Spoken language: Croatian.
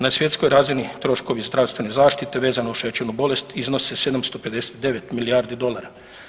Na svjetskoj razini troškovi zdravstvene zaštite vezano uz šećernu bolest iznose 759 milijardi dolara.